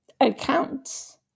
accounts